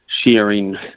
sharing